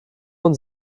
und